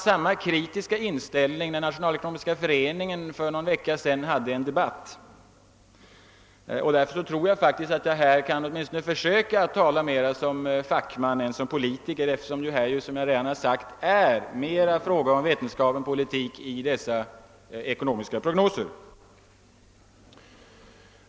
Samma kritiska inställning framkom när Nationalekonomiska föreningen för någon vecka sedan hade sin budgetdebatt, och jag tror därför att jag här åtminstone kan försöka att tala mera som fackman än som politiker. Som jag redan har sagt, är det dock mera en fråga om vetenskap än om politik i dessa ekonomiska prognoser.